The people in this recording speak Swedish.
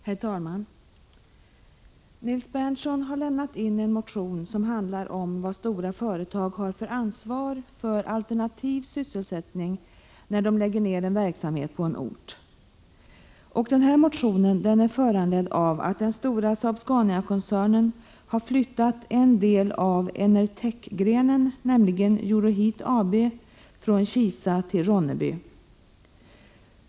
Herr talman! Nils Berndtson har lämnat in en motion som handlar om vad stora företag har för ansvar för alternativ sysselsättning när en verksamhet läggs ned på en ort. Motionen är föranledd av att den stora Saab-Scania-koncernen har flyttat en del av Enertech-grenen, nämligen Euroheat AB, från Kisa till Ronneby.